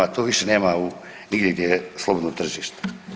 To više nema nigdje gdje je slobodno tržište.